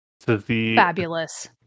Fabulous